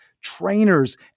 trainers